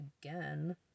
Again